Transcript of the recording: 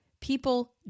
People